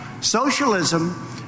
Socialism